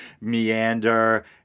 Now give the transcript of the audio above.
meander